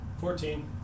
Fourteen